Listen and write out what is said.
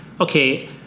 okay